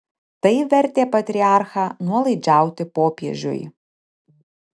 tai vertė patriarchą nuolaidžiauti popiežiui